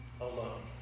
alone